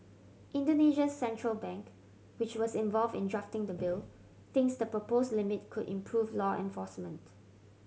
Indonesia's central bank which was involved in drafting the bill thinks the proposed limit could improve law enforcement